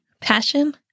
passion